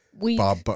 Bob